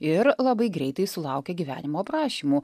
ir labai greitai sulaukė gyvenimo aprašymų